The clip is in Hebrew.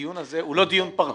הדיון הזה הוא לא דיון פרטני,